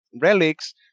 relics